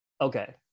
Okay